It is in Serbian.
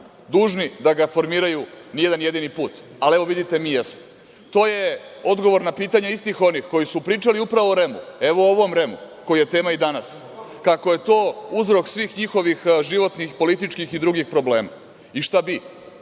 dužni da ga formiraju ni jedan jedini put, ali vidite mi jesmo. To je odgovor na pitanje istih onih koji su pričali upravo o REM-u, evo ovom REM-u koji je tema danas, kako je to uzrok svih njihovih životnih, političkih i svih drugih problema i šta bi?